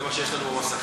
זה מה שיש לנו במסכים.